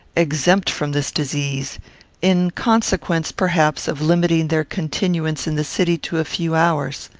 exempt from this disease in consequence, perhaps, of limiting their continuance in the city to a few hours.